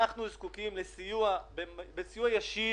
אנחנו זקוקים לסיוע ישיר,